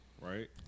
Right